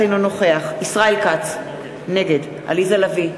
אינו נוכח ישראל כץ, נגד עליזה לביא,